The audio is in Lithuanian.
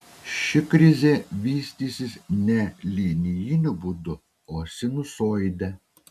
ši krizė vystysis ne linijiniu būdu o sinusoide